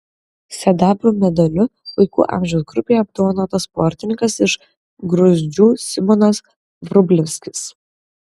sidabro medaliu vaikų amžiaus grupėje apdovanotas sportininkas iš gruzdžių simonas vrublevskis